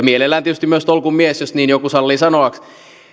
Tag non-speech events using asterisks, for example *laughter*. *unintelligible* mielellään myös tietysti tolkun mies jos niin joku sallii sanoa